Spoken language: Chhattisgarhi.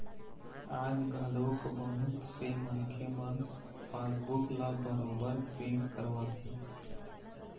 आज घलोक बहुत से मनखे मन पासबूक ल बरोबर प्रिंट करवाथे